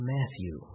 Matthew